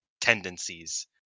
tendencies